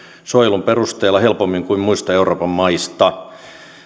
suojelun perusteella helpommin kuin muista euroopan maista